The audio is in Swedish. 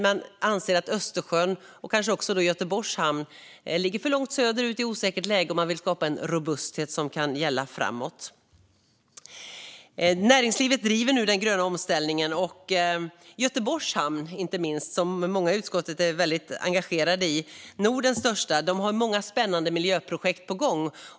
Man anser att Östersjön, och kanske också Göteborgs hamn, ligger för långt söderut i ett osäkert läge, och man vill skapa en robusthet som kan gälla framåt. Näringslivet driver nu den gröna omställningen. Inte minst Göteborgs hamn, Nordens största hamn, som många i utskottet är väldigt engagerade i, har många spännande miljöprojekt på gång.